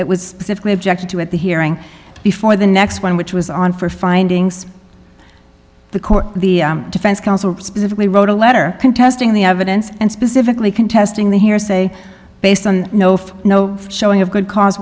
it was physically objected to at the hearing before the next one which was on for findings the court the defense counsel specifically wrote a letter contesting the evidence and specifically contesting the hearsay based on no showing of good cause